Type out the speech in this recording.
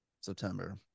September